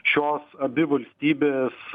šios abi valstybės